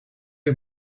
you